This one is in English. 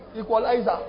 Equalizer